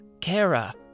Kara